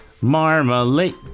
marmalade